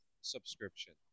subscription